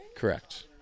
Correct